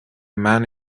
man